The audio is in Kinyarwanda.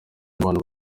n’abantu